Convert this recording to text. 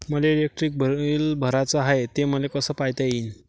मले electric bill भराचं हाय, ते मले कस पायता येईन?